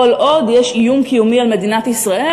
כל עוד יש איום קיומי על מדינת ישראל,